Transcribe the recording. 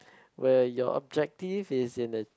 where your objective is in the